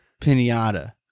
Pinata